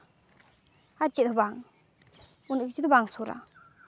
ᱟᱨ ᱪᱮᱫ ᱦᱚᱸ ᱵᱟᱝ ᱩᱱᱟᱹᱜ ᱠᱤᱪᱷᱩ ᱫᱚ ᱵᱟᱝ ᱥᱩᱨᱟ